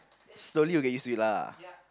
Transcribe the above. slowly will get used to it lah